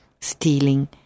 stealing